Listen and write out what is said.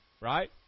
right